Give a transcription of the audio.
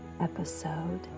episode